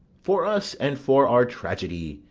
for us, and for our tragedy,